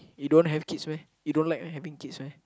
you don't have kids meh you don't like having kids meh